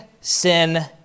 sin